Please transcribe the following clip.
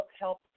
help